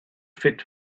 fit